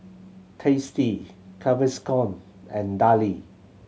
Tasty Gaviscon and Darlie